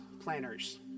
planners